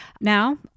Now